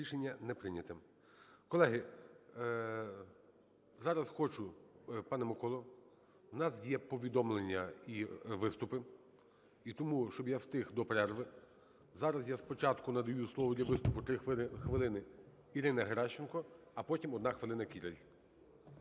Рішення не прийнято. Колеги, зараз хочу, пане Миколо, у нас є повідомлення і виступи. І тому, щоб я встиг до перерви, зараз я спочатку надаю слово для виступу 3 хвилини Ірині Геращенко, а потім 1 хвилина –